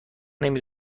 نمی